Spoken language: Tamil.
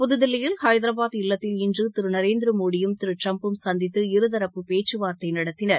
புததில்லியில் எஹதராபாத் இல்லத்தில் இன்று திரு நரேந்திர மோடியும் திரு ட்டிரம்பும் சந்தித்து இருதரப்பு பேச்சுவார்த்தை நடத்தினர்